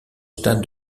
stade